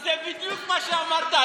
זה בדיוק מה שאמרת.